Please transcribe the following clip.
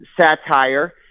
satire